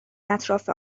اطراف